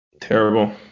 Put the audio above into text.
Terrible